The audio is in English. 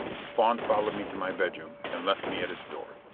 spawn followed me to my bedroom, and left me at its door.